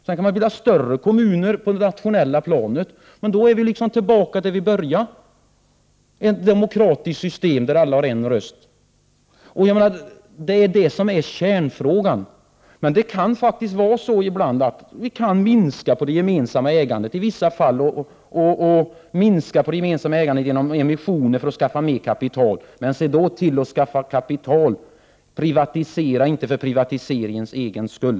Sedan kan man bilda större ”kommuner” på det nationella planet — men då är vi liksom tillbaka där vi började: ett demokratiskt system där alla har en röst. Det är detta som är kärnpunkten! Det kan faktiskt ibland vara så att man kan minska på det gemensamma ägandet genom emissioner för att skaffa mer kapital. Men se då också till att verkligen skaffa kapital — privatisera inte för privatiseringens egen skull!